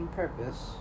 purpose